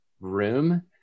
room